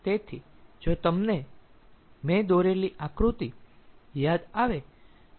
તેથી જો તમને મેં દોરેલી આકૃતિ યાદ આવે તો